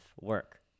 work